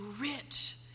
rich